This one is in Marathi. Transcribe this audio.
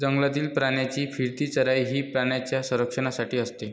जंगलातील प्राण्यांची फिरती चराई ही प्राण्यांच्या संरक्षणासाठी असते